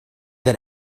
that